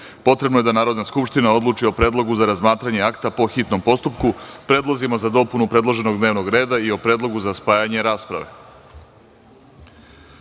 potrebno je da Narodna skupština odluči o predlogu za razmatranje akata po hitnom postupku, predlozima za dopunu predloženog dnevnog reda i o predlogu za spajanje rasprave. Odbor